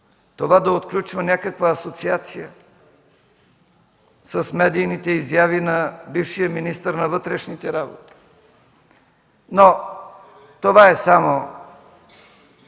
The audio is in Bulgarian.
Това да отключва някаква асоциация – с медийните изяви на бившия министър на вътрешните работи? Но това е само